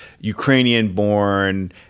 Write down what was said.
Ukrainian-born